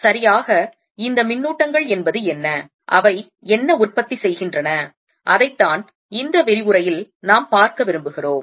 சரியாக இந்த மின்னூட்டங்கள் என்பது என்ன அவை என்ன உற்பத்தி செய்கின்றன அதைத்தான் இந்த விரிவுரையில் நாம் பார்க்க விரும்புகிறோம்